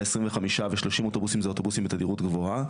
25 ו-30 אוטובוסים זה אוטובוסים בתדירות גבוהה,